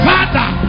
Father